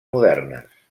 modernes